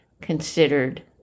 considered